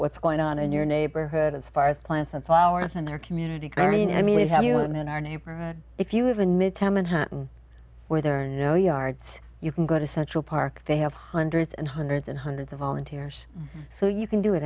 what's going on in your neighborhood as far as plants and flowers and their community green i mean you have you in our neighborhood if you live in midtown manhattan where there are no yards you can go to central park they have hundreds and hundreds and hundreds of volunteers so you can do it